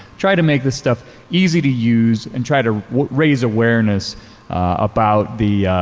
try to make this stuff easy to use and try to raise awareness about the